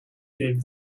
gave